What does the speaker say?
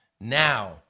Now